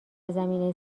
زمینه